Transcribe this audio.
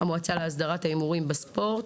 "המועצה להסדרת ההימורים בספורט",